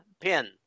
pin